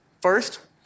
First